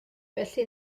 felly